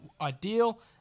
ideal